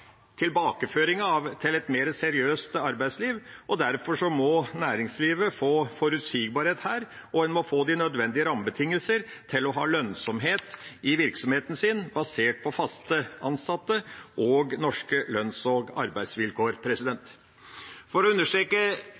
til et mer seriøst arbeidsliv. Derfor må næringslivet få forutsigbarhet og nødvendige rammebetingelser til å ha lønnsomhet i virksomheten sin, basert på fast ansatte og norske lønns- og arbeidsvilkår. Til slutt, for å understreke